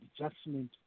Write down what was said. adjustment